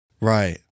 Right